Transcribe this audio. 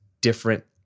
different